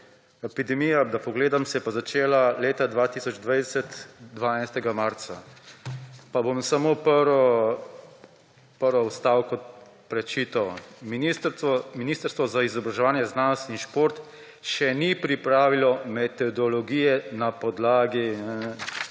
Epidemija, da pogledam, se je pa začela leta 12. marca 2020. Pa bom samo prvi odstavek prečital: »Ministrstvo za izobraževanje, znanost in šport še ni pripravilo metodologije na podlagi